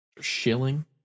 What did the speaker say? Shilling